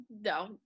no